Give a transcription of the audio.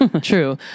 true